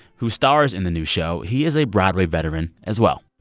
who stars in the new show, he is a broadway veteran, as well.